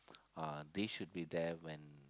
uh they should be there when